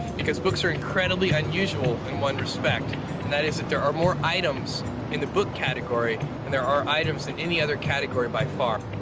because books are incredibly unusual and one respect, and that is that there are more items in the book category than and there are items in any other category by far.